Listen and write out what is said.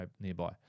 nearby